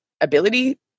ability